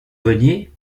veniez